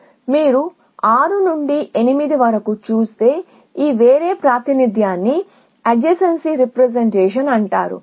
కాబట్టి మీరు 6 నుండి 8 వరకు చూస్తే కాబట్టి ఈ వేరే ప్రాతినిధ్యాన్ని అడ్జెన్సీ రీ ప్రెజెంటేషన్ అంటారు